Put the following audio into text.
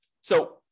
So-